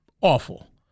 awful